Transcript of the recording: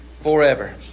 Forever